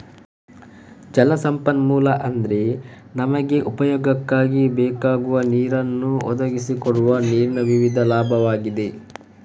ಜಲ ಸಂಪನ್ಮೂಲ ಅಂದ್ರೆ ನಮಗೆ ಉಪಯೋಗಕ್ಕೆ ಬೇಕಾಗುವ ನೀರನ್ನ ಒದಗಿಸಿ ಕೊಡುವ ನೀರಿನ ವಿವಿಧ ಮೂಲಗಳಾಗಿವೆ